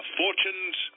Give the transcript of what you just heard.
fortunes